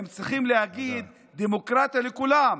הם צריכים להגיד דמוקרטיה לכולם,